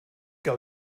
què